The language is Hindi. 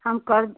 हम कर